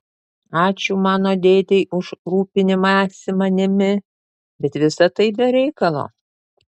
ačiū mano dėdei už rūpinimąsi manimi bet visa tai be reikalo